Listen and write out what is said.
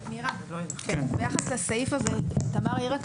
תמר העירה